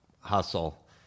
hustle